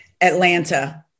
Atlanta